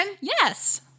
yes